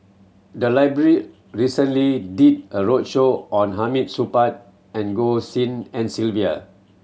the library recently did a roadshow on Hamid Supaat and Goh Tshin En Sylvia